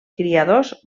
criadors